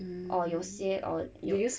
or 有些 or you